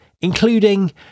including